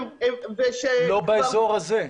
לא באזור הזה.